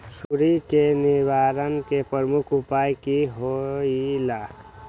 सुडी के निवारण के प्रमुख उपाय कि होइला?